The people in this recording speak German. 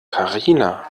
karina